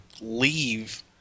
leave